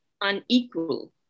unequal